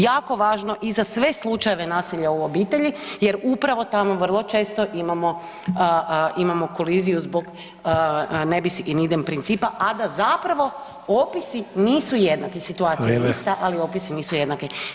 Jako važno i za sve slučajeve nasilja u obitelji jer upravo tamo vrlo često imamo, imamo koliziju zbog ne bis in idem principa, a da zapravo opisi nisu jednaki [[Upadica: Vrijeme.]] situacija je ista, ali opisi nisu jednaki.